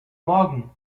morgen